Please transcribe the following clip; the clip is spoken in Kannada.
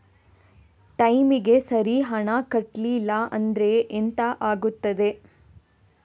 ಟೈಮಿಗೆ ಸರಿ ಹಣ ಕಟ್ಟಲಿಲ್ಲ ಅಂದ್ರೆ ಎಂಥ ಆಗುತ್ತೆ?